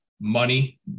money